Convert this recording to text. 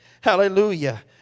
Hallelujah